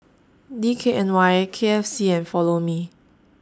D K N Y K F C and Follow Me